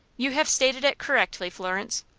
you have stated it correctly, florence.